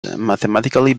mathematically